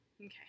okay